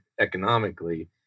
economically